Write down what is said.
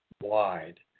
wide